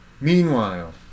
Meanwhile